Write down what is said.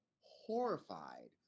horrified